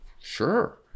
sure